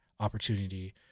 Opportunity